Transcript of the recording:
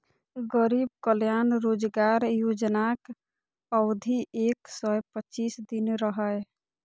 गरीब कल्याण रोजगार योजनाक अवधि एक सय पच्चीस दिन रहै